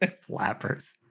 flappers